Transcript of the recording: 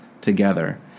together